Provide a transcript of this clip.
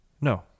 No